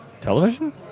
television